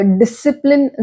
discipline